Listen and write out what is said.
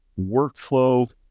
workflow